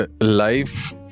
life